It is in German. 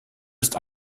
ist